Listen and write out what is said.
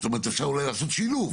זאת אומרת, אפשר אולי לעשות שילוב,